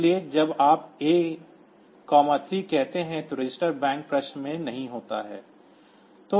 इसलिए जब आप A 3 कहते हैं तो रजिस्टर बैंक प्रश्न में नहीं होता है